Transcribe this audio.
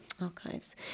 Archives